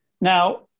Now